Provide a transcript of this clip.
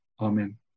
Amen